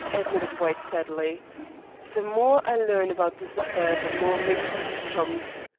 admitted white sadly the more i learn about this affair the more mixed it becomes.